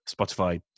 Spotify